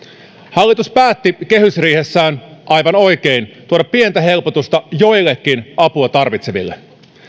hallitus päätti kehysriihessään aivan oikein tuoda pientä helpotusta joillekin apua tarvitseville